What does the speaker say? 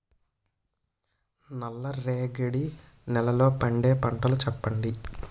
నల్ల రేగడి నెలలో పండే పంటలు చెప్పండి?